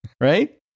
right